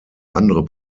andere